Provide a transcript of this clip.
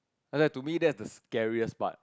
like that to me that's the scariest part